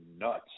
nuts